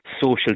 social